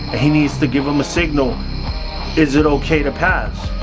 he needs to give them a signal is it ok to pass?